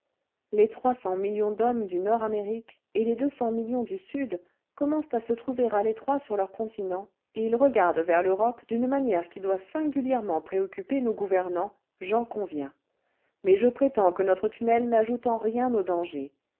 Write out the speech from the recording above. les trois cents millions d'hommes du nord amérique et les deux cents millions du sud commencent à se trouver à l'étroit sur leur continent et ils regardent vers l'europe d'une manière qui doit singulièrement préoccuper nos gouvernants j'en conviens mais je prétends que notre tunnel n'ajoute en rien au danger